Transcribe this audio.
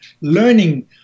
learning